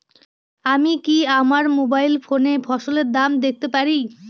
আমি কি আমার মোবাইল ফোনে ফসলের দাম দেখতে পারি?